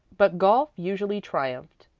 but golf usually triumphed.